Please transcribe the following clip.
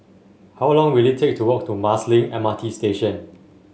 how long will it take to walk to Marsiling M R T Station